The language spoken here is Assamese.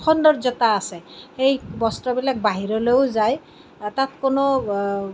সৌন্দৰ্য্যতা আছে সেই বস্ত্ৰবিলাক বাহিৰলৈও যায় আৰু তাত কোনো